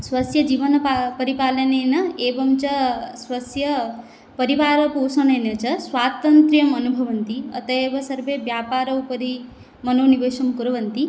स्वस्य जीवनं परिपालनेन एवं च स्वस्य परिवारपोषणेन च स्वातन्त्र्यम् अनुभवन्ति अतेऽव सर्वे व्यापरोपरि मनोनिवेशं कुर्वन्ति